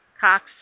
Cox